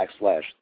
backslash